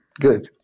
good